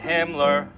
Himmler